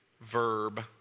verb